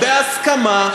בהסכמה,